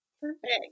Perfect